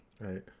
right